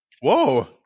Whoa